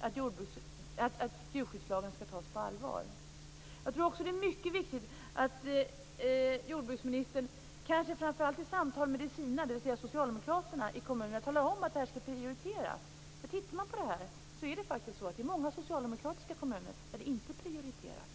att djurskyddslagen skall tas på allvar. Det också mycket viktigt att jordbruksministern, kanske framför allt i samtal med de sina, alltså med socialdemokraterna i kommunerna, talar om att det här skall prioriteras. När man ser på det här finner man faktiskt att detta i många socialdemokratiska kommuner inte prioriteras.